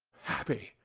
happy!